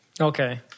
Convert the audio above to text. Okay